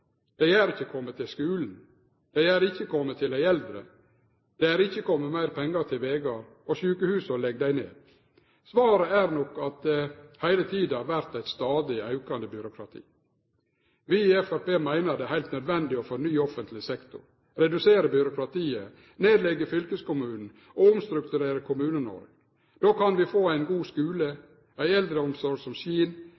ikkje komne til skulen. Dei er ikkje komne til dei eldre. Det er ikkje kome meir pengar til vegar, og sjukehusa legg dei ned. Svaret er nok at det heile tida vert eit stadig aukande byråkrati. Vi i Framstegspartiet meiner det er heilt nødvendig å fornye offentleg sektor, redusere byråkratiet, nedleggje fylkeskommunen og omstrukturere Kommune-Noreg. Då kan vi få ein god skule